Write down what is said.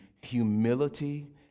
humility